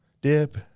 dip